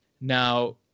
Now